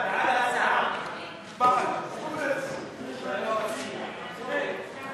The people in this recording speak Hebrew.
ההצעה להעביר את הצעת חוק ההוצאה לפועל (תיקון,